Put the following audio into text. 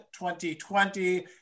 2020